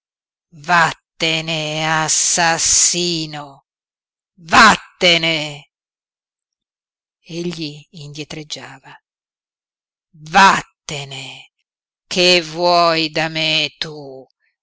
vattene assassino vattene egli indietreggiava vattene che vuoi da me tu